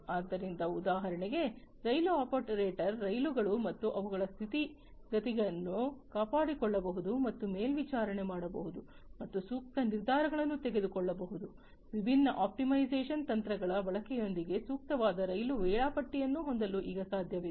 ಆದ್ದರಿಂದ ಉದಾಹರಣೆಗೆ ರೈಲು ಆಪರೇಟರ್ ರೈಲುಗಳು ಮತ್ತು ಅವುಗಳ ಸ್ಥಿತಿಗತಿಗಳನ್ನು ಕಾಪಾಡಿಕೊಳ್ಳಬಹುದು ಮತ್ತು ಮೇಲ್ವಿಚಾರಣೆ ಮಾಡಬಹುದು ಮತ್ತು ಸೂಕ್ತ ನಿರ್ಧಾರಗಳನ್ನು ತೆಗೆದುಕೊಳ್ಳಬಹುದು ವಿಭಿನ್ನ ಆಪ್ಟಿಮೈಸೇಶನ್ ತಂತ್ರಗಳ ಬಳಕೆಯೊಂದಿಗೆ ಸೂಕ್ತವಾದ ರೈಲು ವೇಳಾಪಟ್ಟಿಯನ್ನು ಹೊಂದಲು ಈಗ ಸಾಧ್ಯವಿದೆ